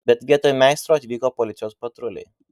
bet vietoj meistro atvyko policijos patruliai